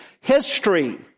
history